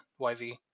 YV